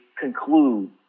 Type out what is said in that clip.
conclude